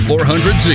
400Z